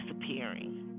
disappearing